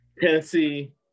Tennessee